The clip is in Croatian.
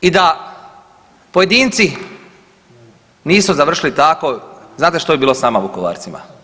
I da pojedinci nisu završili tako, znate što bi bilo s nama Vukovarcima?